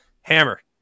Hammer